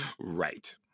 Right